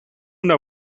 una